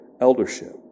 eldership